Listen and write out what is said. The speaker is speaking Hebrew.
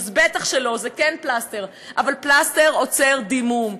אז בטח שלא, זה כן פלסטר, אבל פלסטר עוצר דימום.